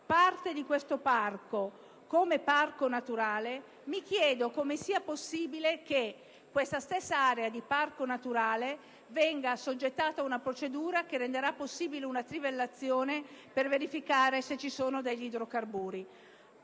parte di questa zona come parco naturale, mi chiedo come sia possibile che questa stessa area venga assoggettata ad una procedura che renderà possibile una trivellazione per verificare se vi sono idrocarburi.